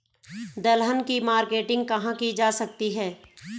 दलहन की मार्केटिंग कहाँ की जा सकती है?